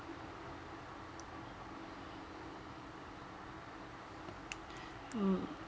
mm